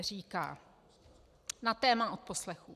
Říká na téma odposlechů: